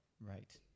Right